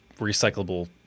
recyclable